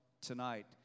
tonight